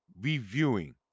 reviewing